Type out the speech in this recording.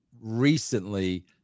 recently